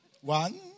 One